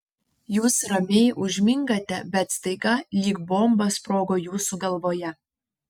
jūs ramiai užmingate bet staiga lyg bomba sprogo jūsų galvoje